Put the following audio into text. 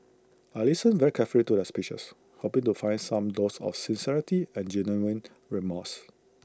I listened very carefully to A speeches hoping to find some dose of sincerity and genuine remorse